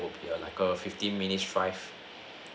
oh ya like a fifteen minutes five